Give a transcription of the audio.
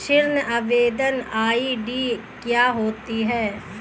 ऋण आवेदन आई.डी क्या होती है?